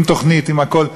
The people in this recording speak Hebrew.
עם תוכנית ועם הכול.